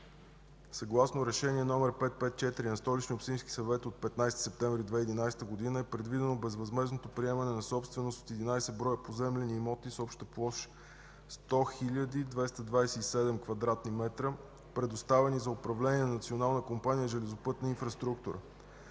Съгласно Решение № 554 на Столичния общински съвет от 15 септември 2011 г. е предвидено безвъзмездното приемане на собственост от 11 броя поземлени имоти с обща площ 100 227 квадратни метра, предоставени за управление на Национална компания „Железопътна инфраструктура”.